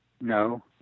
No